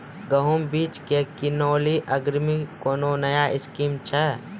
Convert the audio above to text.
गेहूँ बीज की किनैली अग्रिम कोनो नया स्कीम छ?